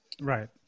Right